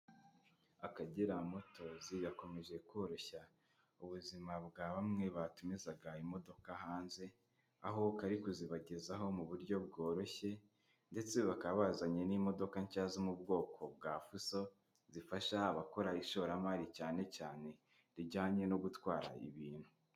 Akagera motozi gakomeje koroshya ubuzima bwa bamwe batumizaga imodoka hanze, aho kari kuzibagezaho mu buryo bworoshye ndetse bakaba bazanye n'imodoka nshya zo mu bwoko bwa fuso, zifasha abakora ishoramari cyane cyane rijyanye no gutwara ibintu.